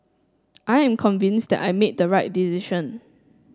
I am convinced that I made the right decision